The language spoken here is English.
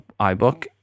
iBook